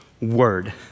word